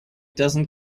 doesn’t